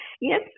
yes